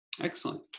Excellent